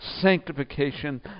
sanctification